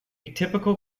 typical